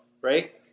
Right